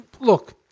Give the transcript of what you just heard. Look